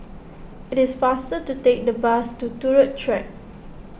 it is faster to take the bus to Turut Track